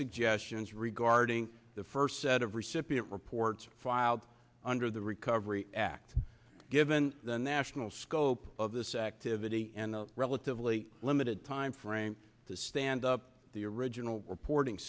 suggestions regarding the first set of recipient reports filed under the recovery act given the national scope of this activity and the relatively limited time frame to stand up the original reporting